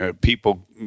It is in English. People